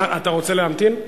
אתה רוצה להמתין?